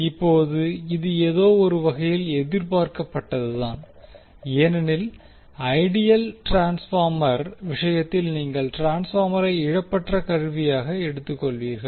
இப்போது இது ஏதோ ஒரு வகையில் எதிர்பார்க்கப்பட்டதுதான் ஏனெனில் ஐடியல் ட்ரான்ஸ்பார்மர் விஷயத்தில் நீங்கள் ட்ரான்ஸ்பார்மரை இழப்பற்ற கருவியாக எடுத்துக்கொள்வீர்கள்